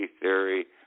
theory